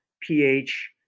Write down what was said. pH